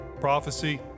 prophecy